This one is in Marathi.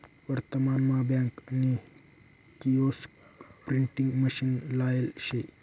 वर्तमान मा बँक नी किओस्क प्रिंटिंग मशीन लायेल शे